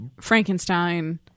Frankenstein